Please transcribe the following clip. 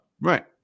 Right